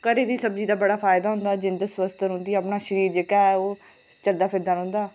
घरै दी सब्जी दा फायदा रौहंदा जिंद स्वस्थ रौहंदी अपना शरीर जेह्का ऐ ओह् चलदा फिरदा रौहंदा